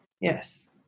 Yes